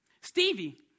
Stevie